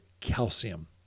calcium